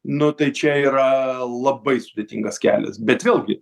nu tai čia yra labai sudėtingas kelias bet vėlgi